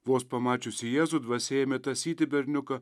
vos pamačiusi jėzų dvasia ėmė tąsyti berniuką